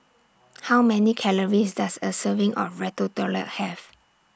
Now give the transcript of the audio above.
How Many Calories Does A Serving of Ratatouille Have